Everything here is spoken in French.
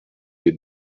les